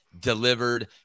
delivered